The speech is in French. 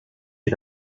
est